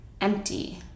Empty